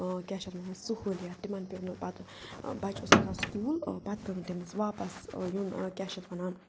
کیٛاہ چھِ اَتھ وَنان سہوٗلیت تِمَن پیٚو نہٕ پَتہٕ بَچہِ اوس تھوڑا سُہ تیوٗل پَتہٕ پیوٚ نہٕ تٔمِس واپَس یُن کیٛاہ چھِ اَتھ وَنان